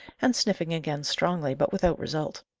and sniffing again strongly, but without result.